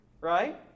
right